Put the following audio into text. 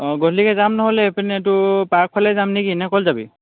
অঁ গধূলিকৈ যাম নহ'লে এইপিনে তোৰ পাৰ্কফালে যাম নে কি ক'লৈ যাবি